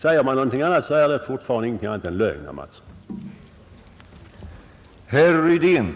Säger man något annat är det fortfarande ingenting annat än lögn, herr Mattsson.